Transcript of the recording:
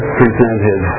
presented